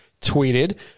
tweeted